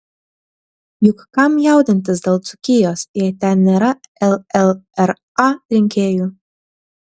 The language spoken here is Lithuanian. juk kam jaudintis dėl dzūkijos jei ten nėra llra rinkėjų